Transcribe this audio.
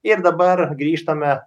ir dabar grįžtame